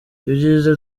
ibyiza